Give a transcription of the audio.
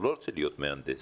הוא לא רוצה להיות מהנדס.